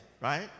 right